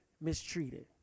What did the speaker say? mistreated